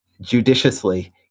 judiciously